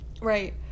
right